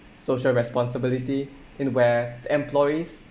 social responsibility in where the employees